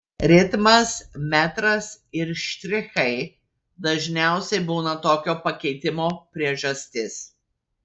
ritmas metras ir štrichai dažniausiai būna tokio pakeitimo priežastis